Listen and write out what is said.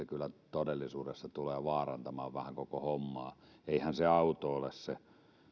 kyllä todellisuudessa tulee vaarantamaan vähän koko hommaa eihän se auto ole se